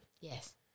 Yes